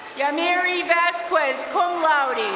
yamiri vasquez, cum laude.